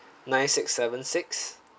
nine six seven six